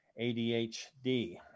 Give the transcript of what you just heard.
ADHD